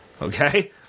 Okay